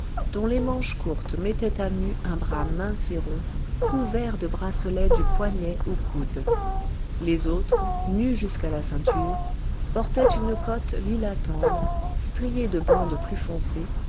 dont les manches courtes mettaient à nu un bras mince et rond couvert de bracelets du poignet au coude les autres nues jusqu'à la ceinture portaient une cotte lilas tendre striée de bandes plus foncées